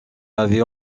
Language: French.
avait